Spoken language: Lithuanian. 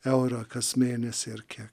eurą kas mėnesį ar kiek